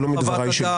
אבל לא מדבריי שלי.